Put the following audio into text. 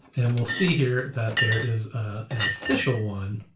and we'll see here that there is an official one,